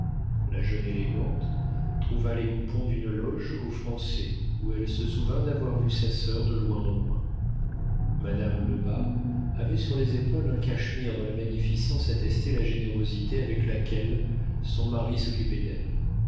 la jeune élégante trouva les coupons d'une loge aux français où elle se souvint d'avoir vu sa soeur de loin en loin madame lebas avait sur les épaules un cachemire dont la magnificence attestait la générosité avec laquelle son mari s'occupait d'elle